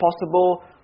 possible